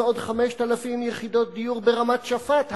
ועוד 5,000 יחידות דיור ברמת-שפט,